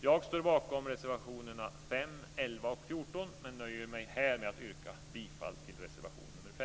Jag står bakom reservationerna nr 5, 11 och 14 men nöjer mig med att yrka bifall till reservation nr 5.